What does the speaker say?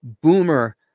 boomer